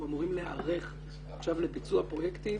אנחנו אמורים להיערך עכשיו לביצוע פרויקטים